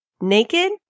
naked